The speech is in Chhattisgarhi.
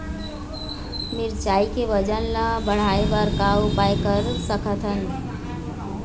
मिरचई के वजन ला बढ़ाएं बर का उपाय कर सकथन?